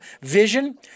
vision